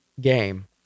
game